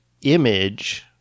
image